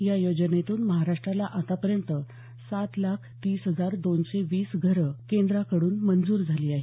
या योजनेतून महाराष्ट्राला आतापर्यंत सात लाख तीस हजार दोनशे वीस घरं केंद्राकडून मंजूर झाली आहेत